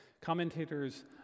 Commentators